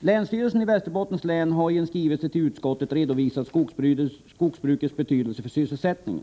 Länsstyrelsen i Västerbottens län har i en skrivelse till utskottet redovisat skogsbrukets betydelse för sysselsättningen.